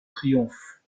triomphe